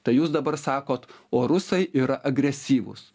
tai jūs dabar sakot o rusai yra agresyvūs